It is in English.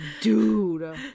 Dude